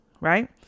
Right